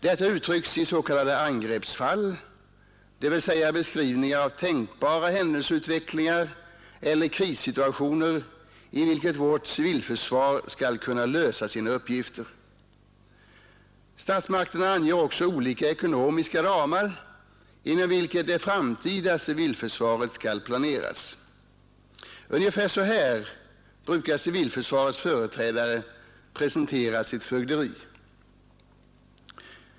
Detta uttrycks i s.k. angreppsfall, dvs. beskrivningar av tänkbara händelseutvecklingar eller krissituationer i vilka vårt civilförsvar skall kunna lösa sina uppgifter. Statsmakterna anger också olika ekonomiska ramar inom vilka det framtida civilförsvaret skall planeras. Ungefär så här brukar civilförsvarets företrädare presentera sitt fögderi.